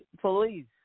police